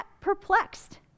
perplexed